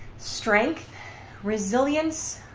strength resilience,